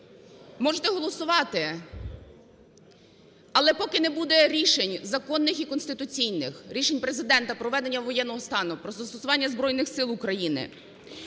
можете голосувати. Але поки не буде рішень, законних і конституційних, рішень Президента про введення воєнного стану, про застосування Збройних Сил України,